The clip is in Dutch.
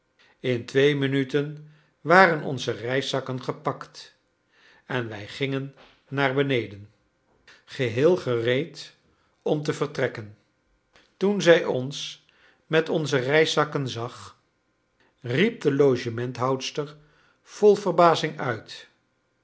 in twee minuten waren onze reiszakken gepakt en wij gingen naar beneden geheel gereed om te vertrekken toen zij ons met onze reiszakken zag riep de logementhoudster vol verbazing uit